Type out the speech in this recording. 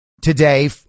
Today